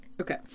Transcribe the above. okay